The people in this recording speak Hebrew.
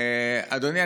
אדוני,